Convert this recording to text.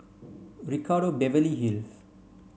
Ricardo Beverly Hills